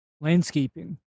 landscaping